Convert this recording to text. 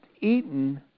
eaten